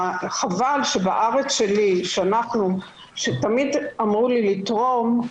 וחבל שבארץ שלי, שתמיד אמרו לי לתרום,